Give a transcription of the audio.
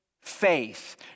faith